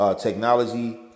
technology